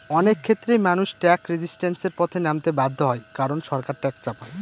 অনেক ক্ষেত্রেই মানুষ ট্যাক্স রেজিস্ট্যান্সের পথে নামতে বাধ্য হয় কারন সরকার ট্যাক্স চাপায়